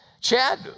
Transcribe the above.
Chad